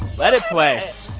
let it play.